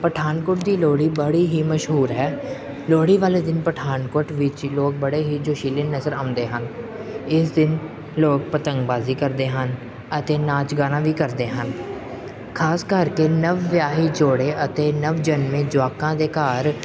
ਪਠਾਨਕੋਟ ਦੀ ਲੋਹੜੀ ਬੜੀ ਹੀ ਮਸ਼ਹੂਰ ਹੈ ਲੋਹੜੀ ਵਾਲੇ ਦਿਨ ਪਠਾਨਕੋਟ ਵਿੱਚ ਹੀ ਲੋਕ ਬੜੇ ਹੀ ਜੋਸ਼ੀਲੇ ਨਜ਼ਰ ਆਉਂਦੇ ਹਨ ਇਸ ਦਿਨ ਲੋਕ ਪਤੰਗਬਾਜ਼ੀ ਕਰਦੇ ਹਨ ਅਤੇ ਨਾਚ ਗਾਣਾ ਵੀ ਕਰਦੇ ਹਨ ਖ਼ਾਸ ਕਰਕੇ ਨਵ ਵਿਆਹੀ ਜੋੜੇ ਅਤੇ ਨਵ ਜਨਮੇ ਜੁਆਕਾਂ ਦੇ ਘਰ